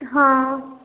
हाँ